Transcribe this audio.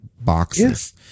boxes